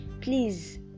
please